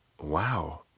Wow